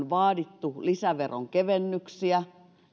vaadittiin lisäveronkevennyksiä